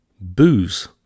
Booze